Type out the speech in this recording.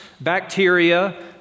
bacteria